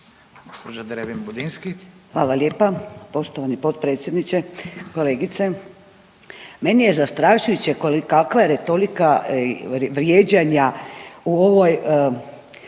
Hvala lijepa poštovani potpredsjedniče. Kolegice meni je zastrašujuće kakva je retorika vrijeđanja u ovoj,